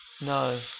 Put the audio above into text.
no